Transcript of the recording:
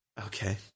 Okay